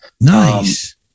Nice